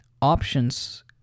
Options